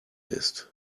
ist